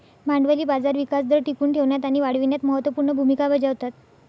भांडवली बाजार विकास दर टिकवून ठेवण्यात आणि वाढविण्यात महत्त्व पूर्ण भूमिका बजावतात